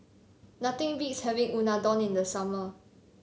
nothing beats having Unadon in the summer